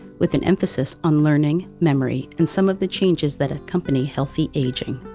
with an emphasis on learning, memory, and some of the changes that accompany healthy aging.